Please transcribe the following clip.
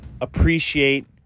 appreciate